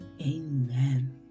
Amen